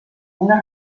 una